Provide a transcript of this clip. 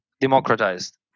democratized